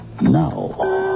Now